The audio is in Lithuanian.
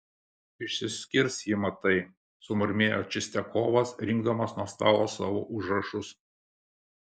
išsiskirs ji matai sumurmėjo čistiakovas rinkdamas nuo stalo savo užrašus